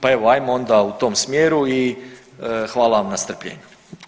Pa evo hajmo onda u tom smjeru i hvala vam na strpljenju.